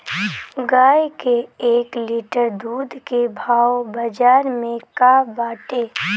गाय के एक लीटर दूध के भाव बाजार में का बाटे?